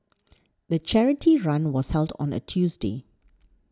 the charity run was held on a Tuesday